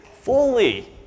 fully